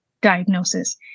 diagnosis